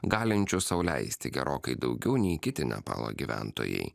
galinčių sau leisti gerokai daugiau nei kiti nepalo gyventojai